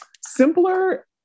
simpler